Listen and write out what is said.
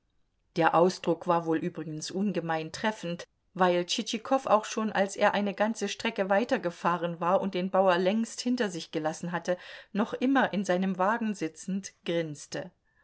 der ausdruck war wohl übrigens ungemein treffend weil tschitschikow auch schon als er eine ganze strecke weiter gefahren war und den bauer längst hinter sich gelassen hatte noch immer in seinem wagen sitzend grinste